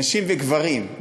נשים וגברים,